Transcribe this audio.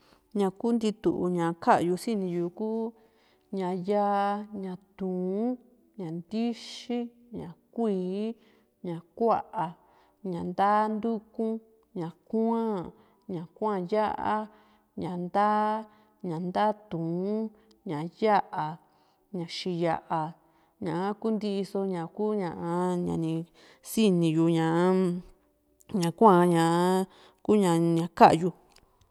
ña kuu ntitu ña ka´yu sini yu ku ña yaa, ña tuun, ña ndí´xi, ña kuíí, ña ku´a, ña ndaa nduku, ña kua´n, ña kua´na ya´a, ña ndaa, ña ndaa tuun, ña yà´a,ña xiya´a, ñaka kuntiso ña kuña a ñani si´ni yu ñaa-m ñakua ñaa kuña ña ka´yu.